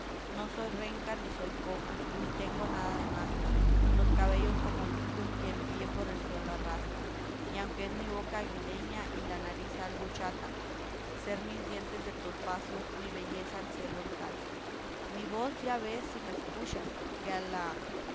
no soy renca ni soy coja ni tengo nada de manca los cabellos como lirios que en pie por el suelo arrastran y aunque es mi boca aguileña y la nariz algo chata ser mis dientes de topacios mi belleza al cielo ensalza mi voz ya ves si me escuchas que a la